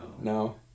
No